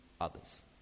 others